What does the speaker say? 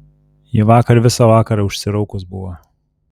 ji vakar visą vakarą užsiraukus buvo